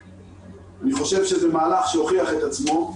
אני חושב שזה מהלך שהוכיח את עצמו.